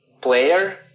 player